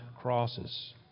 crosses